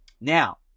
Now